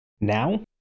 now